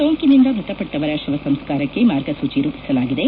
ಸೋಂಕಿನಿಂದ ಮೃತಪಟ್ಟವರ ಶವ ಸಂಸ್ಕಾರಕ್ಕೆ ಮಾರ್ಗಸೂಚಿ ರೂಪಿಸಲಾಗಿದೆ